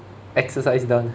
exercise done